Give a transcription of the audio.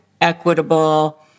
equitable